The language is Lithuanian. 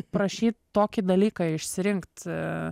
prašyt tokį dalyką išsirinkt